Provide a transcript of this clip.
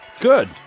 good